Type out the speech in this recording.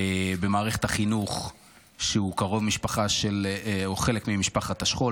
במערכת החינוך שהוא קרוב משפחה או חלק ממשפחת השכול,